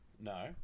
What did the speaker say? No